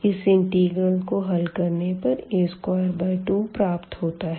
इस इंटीग्रल को हल करने पर a22 प्राप्त होता है